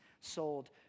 sold